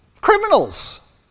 criminals